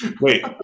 Wait